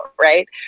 right